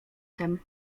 tem